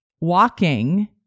walking